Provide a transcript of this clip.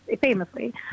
Famously